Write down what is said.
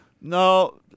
no